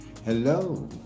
Hello